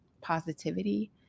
positivity